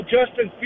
Justin